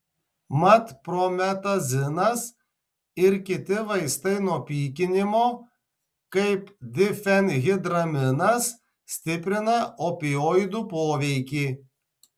mat prometazinas ir kiti vaistai nuo pykinimo kaip difenhidraminas stiprina opioidų poveikį